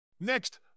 Next